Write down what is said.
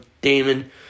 Damon